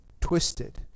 twisted